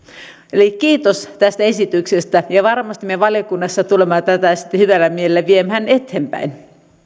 eli kiitos tästä esityksestä ja varmasti me valiokunnassa tulemme tätä sitten hyvällä mielellä viemään eteenpäin